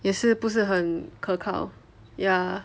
也是不是很可靠 ya